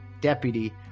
Deputy